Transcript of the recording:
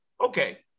okay